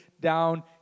down